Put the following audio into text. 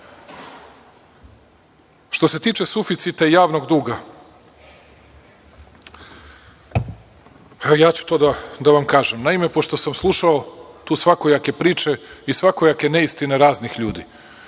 se tiče suficita i javnog duga, ja ću to da vam kažem. Naime, pošto sam slušao tu svakojake priče i svakojake neistine raznih ljudi,